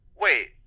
Wait